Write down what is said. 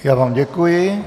Já vám děkuji.